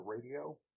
Radio